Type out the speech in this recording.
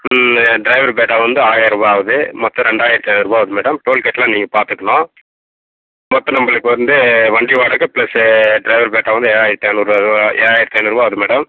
driver batta வந்து ஆயருபா ஆகுது மொத்தம் ரெண்டாயிரத்தி ஐந்நூறுபா ஆகுது மேடம் டோல்கேட்டுலாம் நீங்கள் பாத்துக்கணும் மொத்தம் நம்மளுக்கு வந்து வண்டி வாடகை ப்ளஸு ட்ரைவர் பேட்டா வந்து ஏழாயிரத்தி ஐந்நூறுபாய் ஏழாயிரத்தி ஐந்நூறுபா ஆகுது மேடம்